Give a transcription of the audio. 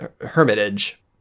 hermitage